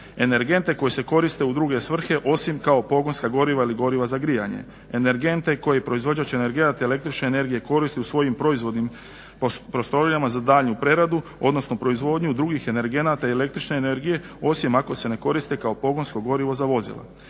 energente koji se koriste u druge svrhe osim kao pogonska goriva ili goriva za grijanje. Energente koje proizvođač energenata i električne energije koristi u svojim proizvodnim prostorijama za daljnju preradu, odnosno proizvodnju drugih energenata i električne energije osim ako se ne koriste kao pogonsko gorivo za vozila,